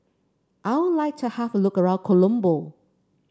I would like to have look around Colombo